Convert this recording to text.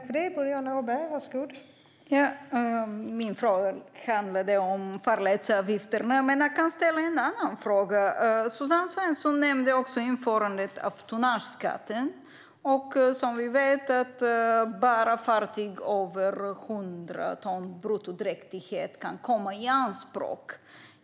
Fru talman! Min fråga handlade om farledsavgifterna. Men jag kan ställa en annan fråga. Suzanne Svensson nämnde också införandet av tonnageskatten. Vi vet att bara fartyg över 100 ton bruttodräktighet kan komma i anspråk.